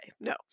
No